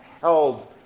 Held